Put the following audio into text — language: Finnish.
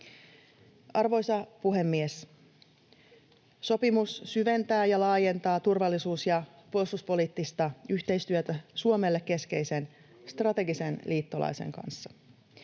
Arvoisa puhemies! Sopimus syventää ja laajentaa turvallisuus- ja puolustuspoliittista yhteistyötä Suomelle keskeisen strategisen liittolaisen kanssa.